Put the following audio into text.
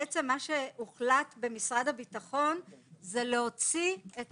מה שהוחלט במשרד הביטחון זה להוציא את